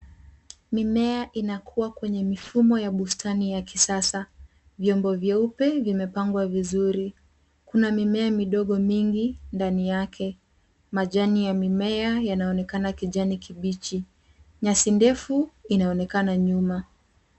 Mimea inakua kwenye mifumo ya bustani ya kisasa. Vyombo vyeupe vimepangwa vizuri. Kuna mimea midogo mingi ndani yake. Majani ya mimea yanaonekana kijani kibichi. Nyasi ndefu inaonekana nyuma.